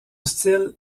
style